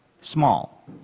small